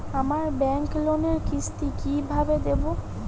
আমার ব্যাংক লোনের কিস্তি কি কিভাবে দেবো?